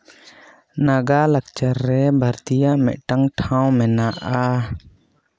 ᱱᱟᱜᱟ ᱞᱟᱠᱪᱟᱨ ᱨᱮ ᱵᱷᱟᱨᱚᱛᱤᱭᱚᱣᱟᱜ ᱢᱤᱫᱴᱟᱝ ᱴᱷᱟᱶ ᱢᱮᱱᱟᱜᱼᱟ